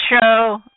show